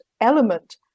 element